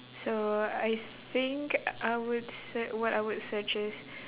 so I think I would se~ what I would search is